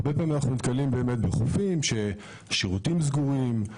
הרבה פעמים אנחנו נתקלים בחופים שהשירותים סגורים,